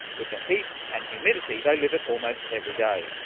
with the heat and humidity they live it almost every day.